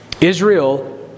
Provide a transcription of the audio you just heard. Israel